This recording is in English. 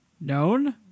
known